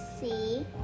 see